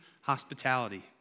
hospitality